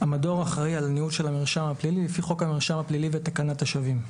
אחראי על ניהול של המרשם הפלילי לפי חוק המרשם הפלילי ותקנת השבים.